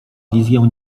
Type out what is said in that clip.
wizję